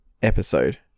episode